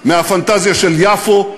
בוא, מהפנטזיה של יפו,